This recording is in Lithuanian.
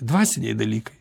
dvasiniai dalykai